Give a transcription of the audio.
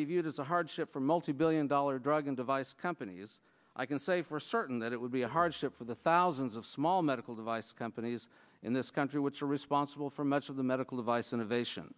be viewed as a hardship for multibillion dollar drug and device companies i can say for certain that it would be a hardship for the thousands of small medical device companies in this country which are responsible for much of the medical device innovation